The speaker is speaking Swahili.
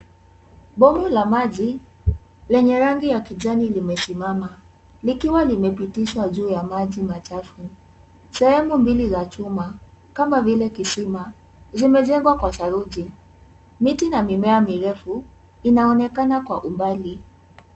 Mbomu la maji lenye rangi ya kijani limesimama, likiwa limepitishwa juu ya maji machafu. Sehemu mbili za chuma, kama vile kisima, zimezengwa kwa saruji. Miti na mimea mirefu, inaonekana kwa umbali.